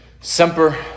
Semper